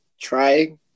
trying